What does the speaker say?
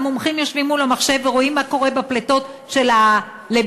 והמומחים יושבים מול המחשב ורואים מה קורה בפליטות של ה"לבניות",